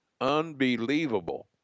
unbelievable